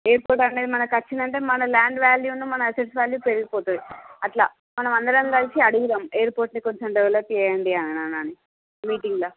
airport అనేది మనకి వచ్చిందంటే మన ల్యాండ్ వాల్యూ మన అస్సెట్స్ వాల్యూ పెరిగిపోతుంది అట్లా మనమందరం కలిసి అడుగుదాం ఎయిర్పోర్ట్ ని కొంచెం డెవెలప్ చేయండి అని మీటింగ్ లో